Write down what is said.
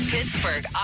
Pittsburgh